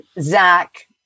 Zach